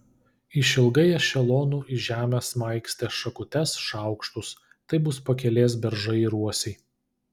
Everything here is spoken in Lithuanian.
išilgai ešelonų į žemę smaigstė šakutes šaukštus tai bus pakelės beržai ir uosiai